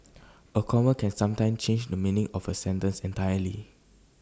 A comma can sometime change the meaning of A sentence entirely